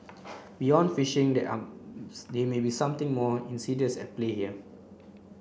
beyond phishing there are there may be something more insidious at play here